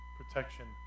protection